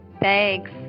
Thanks